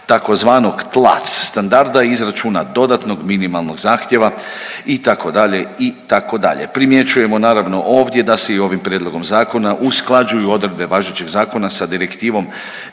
tzv. TLAC standarda izračuna dodatnog minimalnog zahtjeva itd., itd.. Primjećujemo naravno ovdje da se i ovim prijedlogom zakona usklađuju odredbe važećeg zakona sa Direktivnom